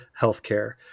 healthcare